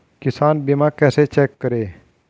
किसान बीमा कैसे चेक करें?